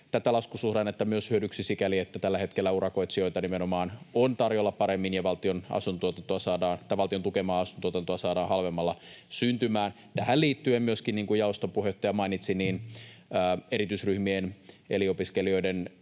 tätä laskusuhdannetta myös hyödyksi sikäli, että tällä hetkellä urakoitsijoita nimenomaan on tarjolla paremmin ja valtion tukemaa asuntotuotantoa saadaan halvemmalla syntymään. Tähän liittyen myöskin, niin kuin jaoston puheenjohtaja mainitsi, erityisryhmien eli opiskelijoiden,